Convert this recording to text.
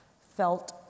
felt